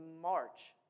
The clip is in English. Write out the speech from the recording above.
March